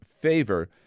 favor